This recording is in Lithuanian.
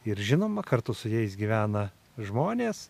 ir žinoma kartu su jais gyvena žmonės